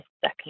second